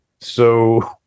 So-